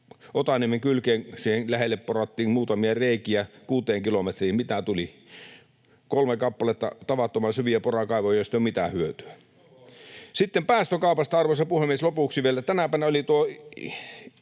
Otaniemen kylkeen, siihen lähelle, porattiin muutamia reikiä kuuteen kilometriin. Mitä tuli? Kolme kappaletta tavattoman syviä porakaivoja, joista ei ole mitään hyötyä. [Perussuomalaisten ryhmästä: Oho!] Sitten päästökaupasta, arvoisa puhemies, lopuksi vielä: Tänä päivänä oli tuo